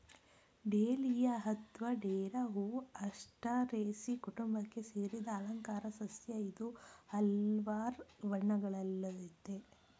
dahlia ಅತ್ವ ಡೇರಾ ಹೂ ಆಸ್ಟರೇಸೀ ಕುಟುಂಬಕ್ಕೆ ಸೇರಿದ ಅಲಂಕಾರ ಸಸ್ಯ ಇದು ಹಲ್ವಾರ್ ಬಣ್ಣಗಳಲ್ಲಯ್ತೆ